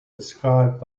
described